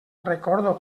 recordo